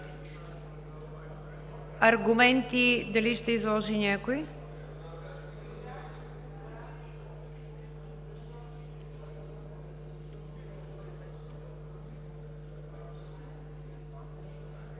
Аргументи дали ще изложи някой?